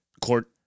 court